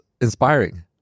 inspiring